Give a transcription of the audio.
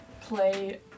play